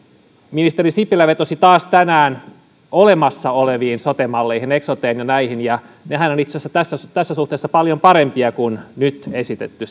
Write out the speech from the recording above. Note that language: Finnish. ministeri sipilä vetosi taas tänään olemassa oleviin sote malleihin eksoteen ja näihin nehän ovat itse asiassa tässä suhteessa paljon parempia kuin nyt esitetty